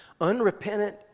unrepentant